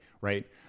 right